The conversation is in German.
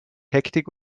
hektik